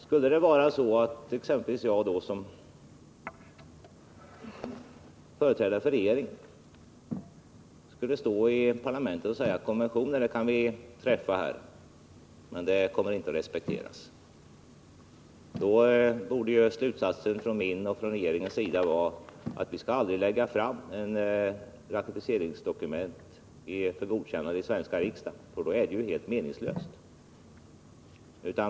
Skulle jag då, som företrädare för regeringen, stå här i parlamentet och säga: Konventioner kan man godkänna, men de kommer inte att respekteras? Då borde ju slutsatsen från min och regeringens sida vara att vi aldrig skulle lägga fram ratificeringsdokument för godkännande i den svenska riksdagen — det skulle ju vara helt meningslöst.